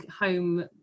home